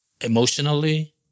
emotionally